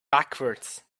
backwards